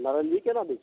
आ नारङ्गी केना दै छियै